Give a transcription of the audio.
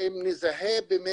אם נזהה באמת